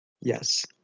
Yes